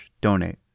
donate